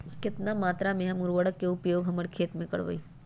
कितना मात्रा में हम उर्वरक के उपयोग हमर खेत में करबई?